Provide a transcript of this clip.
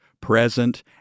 present